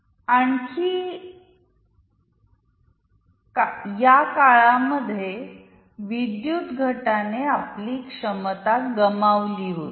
आणि या काळामध्ये विद्युत घटाने आपली क्षमता गमावली होती